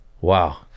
wow